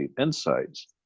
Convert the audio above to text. insights